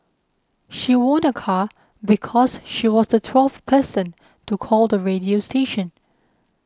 she won a car because she was the twelfth person to call the radio station